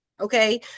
Okay